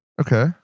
Okay